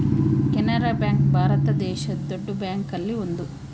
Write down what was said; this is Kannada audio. ಕೆನರಾ ಬ್ಯಾಂಕ್ ಭಾರತ ದೇಶದ್ ದೊಡ್ಡ ಬ್ಯಾಂಕ್ ಅಲ್ಲಿ ಒಂದು